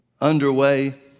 underway